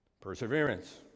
perseverance